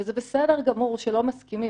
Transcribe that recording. וזה בסדר גמור שלא מסכימים,